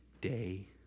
day